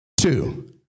Two